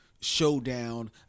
showdown